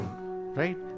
Right